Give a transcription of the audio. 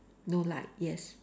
no light yes